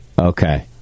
Okay